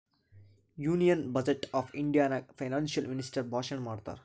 union budget of India ನಾಗ್ financial minister ಭಾಷಣ್ ಮಾಡ್ತಾರ್